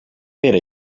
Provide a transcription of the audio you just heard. pere